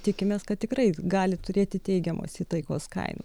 tikimės kad tikrai gali turėti teigiamos įtakos kainų